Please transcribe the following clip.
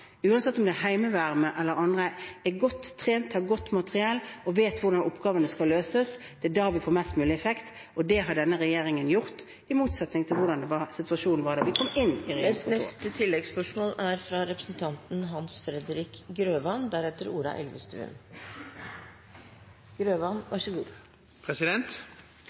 uansett om det er Heimevernet eller andre, er godt trent, har godt materiell og vet hvordan oppgavene skal løses. Det er da vi får mest mulig effekt, og det har denne regjeringen gjort, i motsetning til hvordan situasjonen var da vi kom inn i